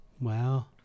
Wow